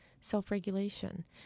self-regulation